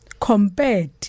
compared